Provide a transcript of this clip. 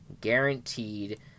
guaranteed